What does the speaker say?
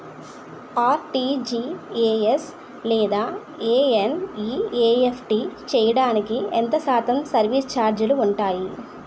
RTGS లేదా NEFT చేయడానికి ఎంత శాతం సర్విస్ ఛార్జీలు ఉంటాయి?